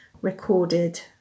recorded